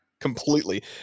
completely